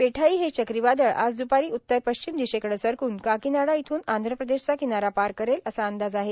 पेठाई हे चक्रीवादळ आज द्पारी उत्तर पश्चिम दिशेकडं सरकून काकीनाडा इथून आंध्र प्रदेशचा किनारा पार करेल असा अंदाज आहे